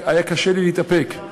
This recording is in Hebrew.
היה קשה לי להתאפק.